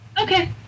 Okay